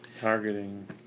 Targeting